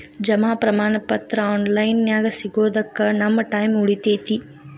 ಜಮಾ ಪ್ರಮಾಣ ಪತ್ರ ಆನ್ ಲೈನ್ ನ್ಯಾಗ ಸಿಗೊದಕ್ಕ ನಮ್ಮ ಟೈಮ್ ಉಳಿತೆತಿ